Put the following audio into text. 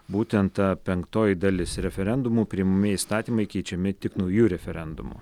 būtent ta penktoji dalis referendumu priimami įstatymai keičiami tik nauju referendumu